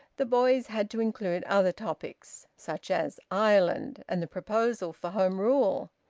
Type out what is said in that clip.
the boys had to include other topics, such as ireland and the proposal for home rule.